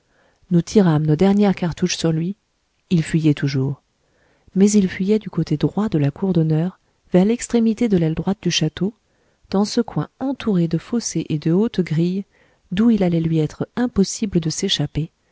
nous tirâmes nos dernières cartouches sur lui il fuyait toujours mais il fuyait du côté droit de la cour d'honneur vers l'extrémité de l'aile droite du château dans ce coin entouré de fossés et de hautes grilles d'où il allait lui être impossible de s'échapper